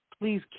please